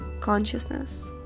consciousness